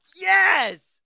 Yes